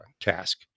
task